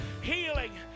healing